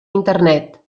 internet